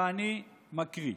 ואני מקריא: